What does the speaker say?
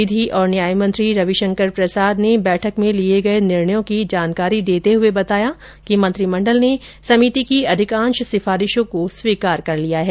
विधि और न्याय मंत्री रविशंकर प्रसाद ने बैठक में लिये गये निर्णयों की जानकारी देते हुये बताया कि मंत्रिमंडल ने समिति की अधिकांश सिफारिशों को स्वीकार कर लिया है